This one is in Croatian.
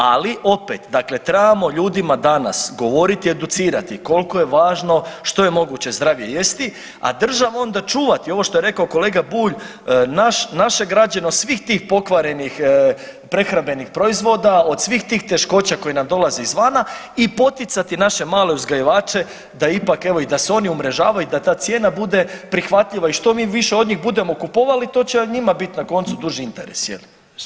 Ali opet, dakle trebamo danas ljudima govorit i educirat ih kolko je važno što je moguće zdravije jesti, a država onda čuvati ovo što je rekao kolega Bulj, naš, naše građane od svih tih pokvarenih prehrambenih proizvoda, od svih tih teškoća koje nam dolaze izvana i poticati naše male uzgajivače da ipak evo da se i oni umrežavaju i da ta cijena bude prihvatljiva i što mi više od njih budemo kupovali to će njima bit na koncu duži interes je li.